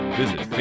visit